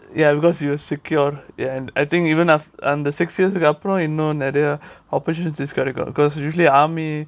ya because you are secure ya and I think even af~ அந்த:antha six years அப்புறம் இன்னும் நிறைய:appuram innum niraiya opportunities கிடைக்கும்:kidaikkum because usually army